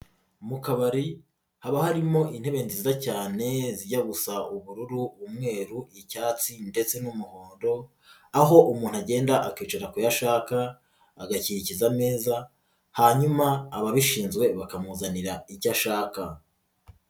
Mu kabari haba harimo intebe nziza cyane zijya gusa ubururu, umweru, icyatsi ndetse n'umuhondo, aho umuntu agenda akicara ku yo ashaka agakikiza ameza hanyuma ababishinzwe bakamuzanira icyo ashaka.